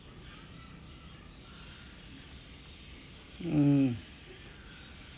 mm